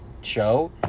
show